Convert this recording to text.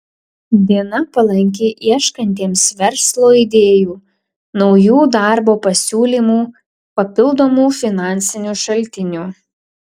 diena palanki ieškantiems verslo idėjų naujų darbo pasiūlymų papildomų finansinių šaltinių